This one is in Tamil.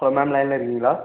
ஆ மேம் லைனில் இருக்கீங்களா